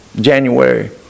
January